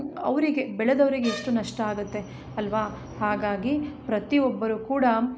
ಅವರಿಗೆ ಬೆಳೆದವರಿಗೆ ಎಷ್ಟು ನಷ್ಟ ಆಗುತ್ತೆ ಅಲ್ವ ಹಾಗಾಗಿ ಪ್ರತಿಒಬ್ಬರು ಕೂಡ